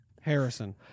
Harrison